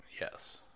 Yes